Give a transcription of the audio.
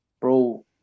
bro